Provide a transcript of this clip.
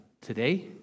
today